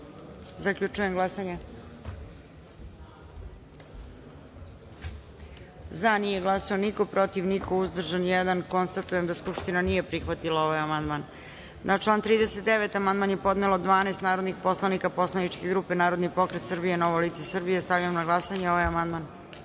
amandman. Zaključujem glasanje: za – niko, protiv – niko, uzdržan – jedan. Konstatujem da Skupština nije prihvatila ovaj amandman. Na član 2. amandman je podnelo 12 narodnih poslanika poslaničke grupe Narodni pokret Srbije – Novo lice Srbije. Stavljam na glasanje ovaj